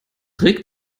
regt